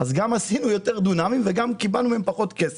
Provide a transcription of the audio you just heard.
אז גם דאגנו ליותר דונמים וגם קיבלנו מהם פחות כסף.